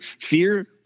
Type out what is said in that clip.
fear